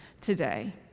today